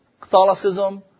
Catholicism